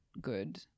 good